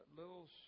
little